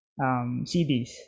CDs